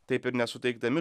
taip ir nesuteikdami